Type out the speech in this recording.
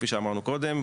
כפי שאמרנו קודם.